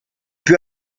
più